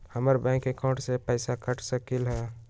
हमर bank account से पैसा कट सकलइ ह?